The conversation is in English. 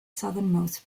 southernmost